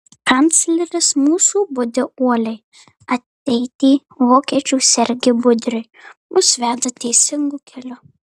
kancleris mūsų budi uoliai ateitį vokiečių sergi budriai mus veda teisingu keliu